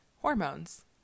hormones